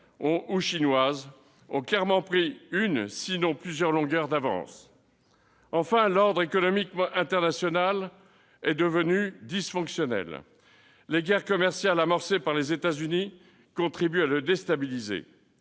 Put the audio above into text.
et chinoises ont clairement pris une, voire plusieurs longueurs d'avance. Enfin, l'ordre économique international est devenu dysfonctionnel. Les guerres commerciales amorcées par les États-Unis contribuent à le déstabiliser